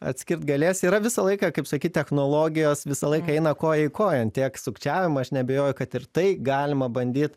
atskirt galės yra visą laiką kaip sakyt technologijos visą laiką eina koja į kojon tiek sukčiavimą aš neabejoju kad ir tai galima bandyt